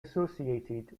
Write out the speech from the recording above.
associated